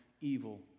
evil